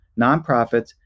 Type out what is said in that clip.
nonprofits